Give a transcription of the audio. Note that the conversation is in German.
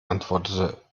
antwortete